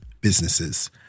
businesses